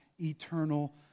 eternal